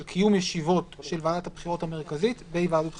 של קיום ישיבות של ועדת הבחירות המרכזית בהיוועדות חזותית.